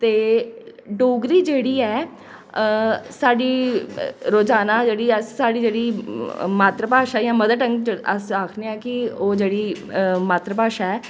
ते डोगरी जेह्ड़ी ऐ साढ़ी रोजाना जेह्ड़ी ऐ साढ़ी जेह्ड़ी मात्तर भाशा जां मदरटंग अस आखने आं कि ओह् जेह्ड़ी मात्तर भाशा ऐ